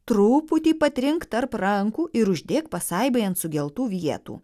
truputį patrink tarp rankų ir uždėk pasaibai ant sugeltų vietų